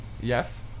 Yes